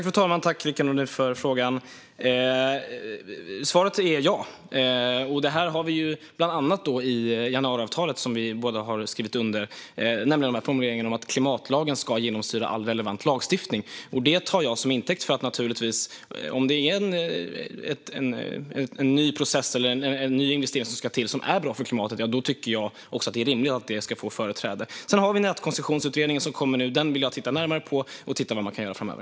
Fru talman! Tack för frågan, Rickard Nordin! Svaret är ja. I januariavtalet, som våra båda partier har skrivit under, finns formuleringar om att klimatlagen ska genomsyra all relevant lagstiftning. Detta tar jag till intäkt för att det är rimligt att en ny process eller investering som ska till och som är bra för klimatet ska få företräde. Sedan har vi nätkoncessionsutredningen, som kommer nu. Jag vill titta närmare på den och se vad vi kan göra framöver.